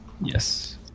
Yes